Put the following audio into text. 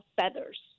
feathers